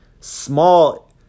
Small